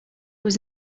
was